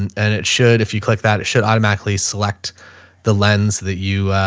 and and it should, if you click that, it should automatically select the lens that you, ah,